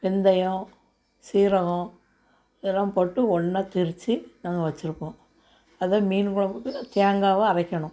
வெந்தயம் சீரகம் இதெலாம் போட்டு ஒன்னாக திரிச்சி நாங்க வச்சிருப்போம் அதான் மீன் குழம்புக்கு இந்த தேங்காவை அரைக்கணும்